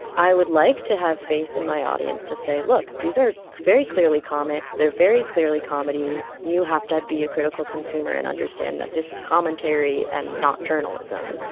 i would like to have faith in my audience to say, look these are very clearly comics. they're very clearly comedy. you have to be a critical consumer and understand that this is commentary and not journalism.